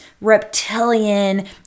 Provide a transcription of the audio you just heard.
reptilian